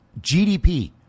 GDP